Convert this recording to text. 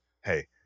hey